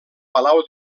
palau